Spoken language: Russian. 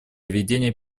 ведения